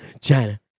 China